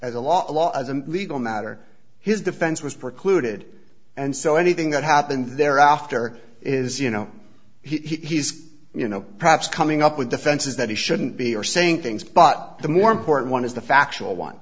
law as a legal matter his defense was precluded and so anything that happened thereafter is you know he's you know perhaps coming up with defenses that he shouldn't be or saying things but the more important one is the factual one